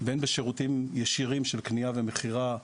בין אם בשירותים ישירים של קנייה ומכירה,